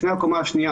לפני הקומה השנייה,